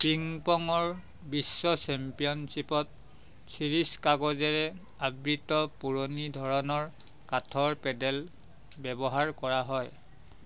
ping পঙৰ বিশ্ব চেম্পিয়নশ্বিপত চিৰিচ কাগজেৰে আবৃত্ত পুৰণি ধৰণৰ কাঠৰ পেডেল ব্যৱহাৰ কৰা হয়